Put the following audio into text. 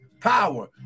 power